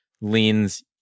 leans